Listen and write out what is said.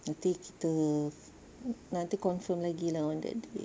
nanti kita nanti confirm lagi lah on that day